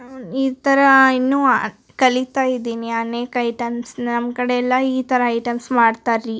ಈ ಥರ ಇನ್ನೂ ಕಲೀತಾ ಇದ್ದೀನಿ ಅನೇಕ ಐಟೆಮ್ಸ್ ನಮ್ಮ ಕಡೆ ಎಲ್ಲಾ ಈ ಥರ ಐಟೆಮ್ಸ್ ಮಾಡ್ತಾರೆ ರೀ